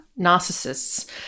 narcissists